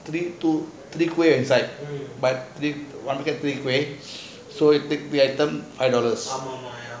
three two three kuih inside but one kuih two five dollars